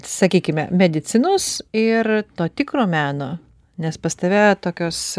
sakykime medicinos ir to tikro meno nes pas tave tokios